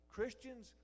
Christians